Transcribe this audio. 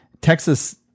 Texas